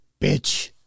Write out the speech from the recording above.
bitch